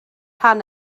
rhan